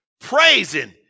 praising